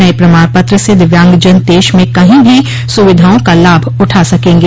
नये प्रमाण पत्र से दिव्यांगजन देश में कही भी सुविधाओं का लाभ उठा सकेंगे